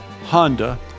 Honda